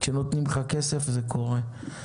כשנותנים לך כסף זה קורה.